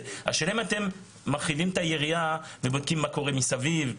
השאלה אם אתם מרחיבים את היריעה ובודקים מה קורה מסביב,